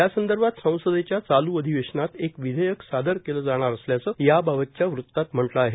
यासंदर्भात संसदेच्या चालू अधिवेशनात एक विधेयक सादर केलं जाणार असल्याचं याबाबतच्या वृत्तात म्हटलं आहे